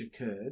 occurred